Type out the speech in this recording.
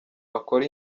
akore